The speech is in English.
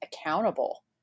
accountable